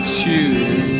choose